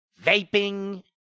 vaping